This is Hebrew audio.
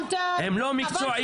הם לא מקצועיים.